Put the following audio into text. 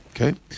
Okay